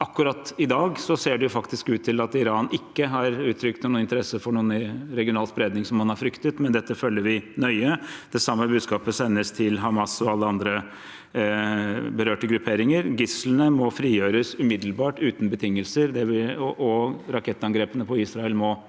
i dag ser det faktisk ut til at Iran ikke har uttrykt noen interesse for noen regional spredning, som man har fryktet, men dette følger vi nøye. Det samme budskapet sendes til Hamas og alle andre berørte grupperinger: Gislene må frigjøres umiddelbart uten betingelser, og rakettangrepene på Israel må